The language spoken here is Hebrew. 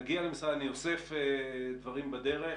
נגיע למשרד החינוך, אני אוסף דברים בדרך.